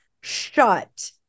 shut